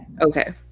okay